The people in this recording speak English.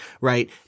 right